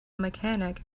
mechanic